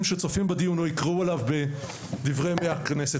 שייצפו בדיון או יקראו עליו באתר הכנסת.